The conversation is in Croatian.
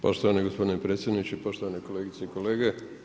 Poštovani gospodine predsjedniče, poštovane kolegice i kolege.